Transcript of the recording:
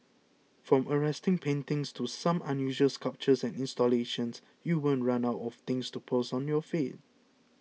from arresting paintings to some unusual sculptures and installations you won't run out of things to post on your feeds